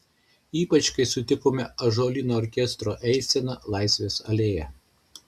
ypač kai sutikome ąžuolyno orkestro eiseną laisvės alėja